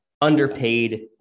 underpaid